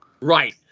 Right